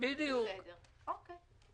ששש שנים זאת תקופה,